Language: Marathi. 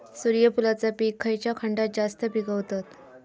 सूर्यफूलाचा पीक खयच्या खंडात जास्त पिकवतत?